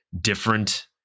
different